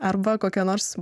arba kokia nors